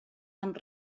amb